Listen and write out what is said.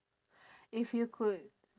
if you could